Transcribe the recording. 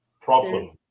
Problem